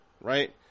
right